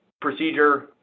procedure